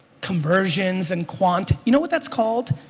conversions and quant. you know but that's called?